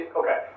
okay